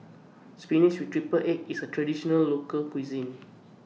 Spinach with Triple Egg IS A Traditional Local Cuisine